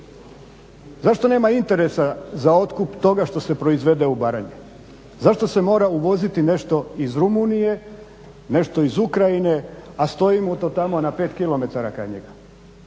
zašto nema interesa za otkup toga što se proizvede u Baranji, zašto se mora uvoziti nešto iz Rumunije, nešto iz Ukrajine, a stoji mu to tamo na pet kilometara kraj njega,